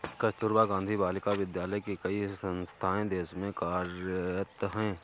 कस्तूरबा गाँधी बालिका विद्यालय की कई संस्थाएं देश में कार्यरत हैं